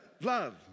love